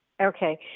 Okay